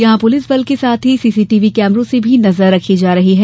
यहां पुलिस बल के साथ ही सीसीटीवी कैमरों से भी नजर रखी जा रही है